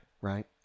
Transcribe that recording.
Right